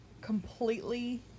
completely